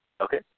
Okay